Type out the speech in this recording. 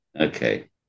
Okay